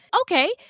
Okay